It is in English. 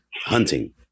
hunting